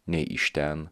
nei iš ten